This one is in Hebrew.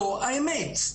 זו האמת.